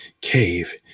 cave